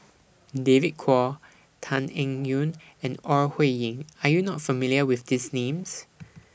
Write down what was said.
David Kwo Tan Eng Yoon and Ore Huiying Are YOU not familiar with These Names